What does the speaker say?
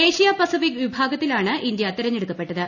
Asia Pacific വിഭാഗത്തിലാണ് India തിരഞ്ഞെടുക്കപ്പെട്ടത്